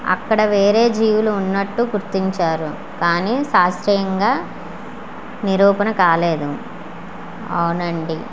అక్కడ వేరే జీవులు ఉన్నట్టు గుర్తించారు కానీ శాస్త్రీయంగా నిరూపణ కాలేదు అవును అండి